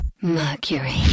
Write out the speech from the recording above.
Mercury